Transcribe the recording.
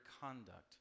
conduct